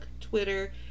Twitter